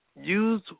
use